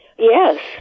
Yes